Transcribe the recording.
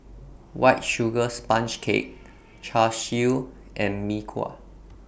White Sugar Sponge Cake Char Siu and Mee Kuah